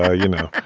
ah you know,